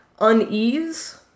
unease